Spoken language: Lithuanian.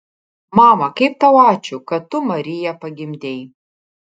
mama kaip tau ačiū kad tu mariją pagimdei